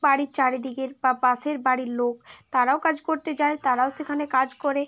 বাড়ির চারিদিকে বা পাশের বাড়ির লোক তারাও কাজ করতে যায় তারাও সেখানে কাজ করে